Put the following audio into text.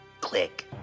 Click